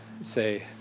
say